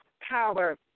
power